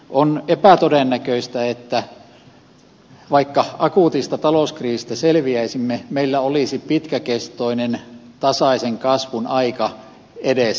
on epätodennäköistä vaikka akuutista talouskriisistä selviäisimme että meillä olisi pitkäkestoinen tasaisen kasvun aika edessä